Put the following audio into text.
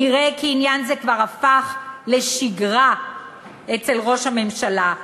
נראה כי עניין זה כבר הפך לשגרה אצל ראש הממשלה,